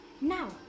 Now